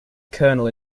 colonel